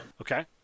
Okay